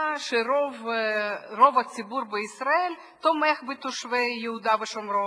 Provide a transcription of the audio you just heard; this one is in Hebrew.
שרוב הציבור בישראל תומך בתושבי יהודה ושומרון,